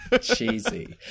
Cheesy